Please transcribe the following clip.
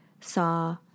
saw